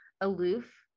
aloof